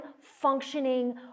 functioning